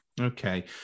Okay